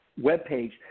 webpage